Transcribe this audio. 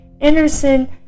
Anderson